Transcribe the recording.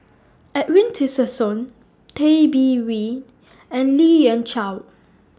Edwin Tessensohn Tay Bin Wee and Lien Ying Chow